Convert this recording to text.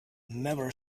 never